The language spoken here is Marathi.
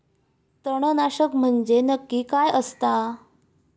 तणनाशक म्हंजे नक्की काय असता?